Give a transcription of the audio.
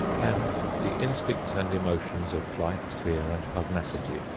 and the instincts and emotions of flight, fear and pugnacity,